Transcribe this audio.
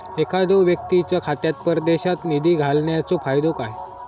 एखादो व्यक्तीच्या खात्यात परदेशात निधी घालन्याचो फायदो काय?